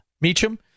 Meacham